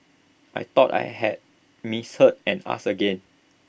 I thought I had misheard and asked again